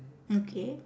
okay